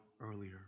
earlier